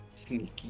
Sneaky